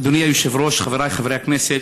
אדוני היושב-ראש, חבריי חברי הכנסת,